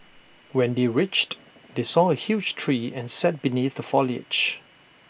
when they reached they saw A huge tree and sat beneath the foliage